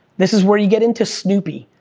this is where you get into snoopy,